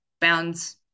bounds